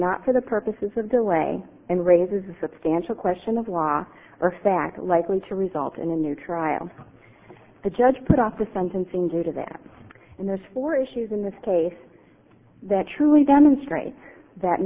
not for the purposes of the way and raises the substantial question of law or fact likely to result in a new trial the judge put off the sentencing due to that and there's four issues in this case that truly demonstrate that